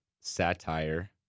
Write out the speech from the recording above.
satire